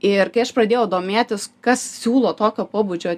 ir kai aš pradėjau domėtis kas siūlo tokio pobūdžio